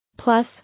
Plus